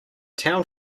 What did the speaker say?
town